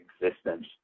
existence